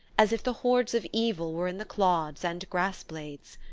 as if the hordes of evil were in the clods and grass-blades.